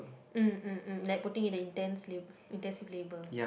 uh like putting in the intense intensive labour